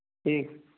ٹھیک